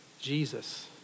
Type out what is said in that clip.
Jesus